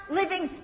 living